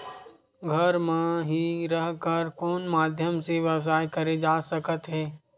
घर म हि रह कर कोन माध्यम से व्यवसाय करे जा सकत हे?